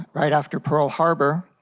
right after pearl harbor,